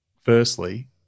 Firstly